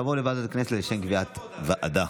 תעבור לוועדת הכנסת לשם קביעת ועדה.